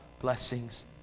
blessings